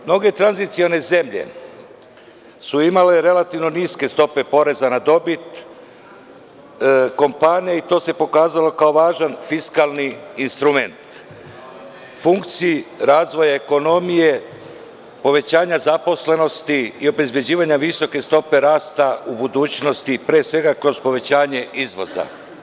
Mnoge tranzicione zemlje su imale relativno niske stope poreza na dobit, kompanije i to se pokazalo, kao važan fiskalni instrument, funkciji razvoja ekonomije, povećanja zaposlenosti i obezbeđivanja visoke stope rasta u budućnosti, pre svega kroz povećanje izvoza.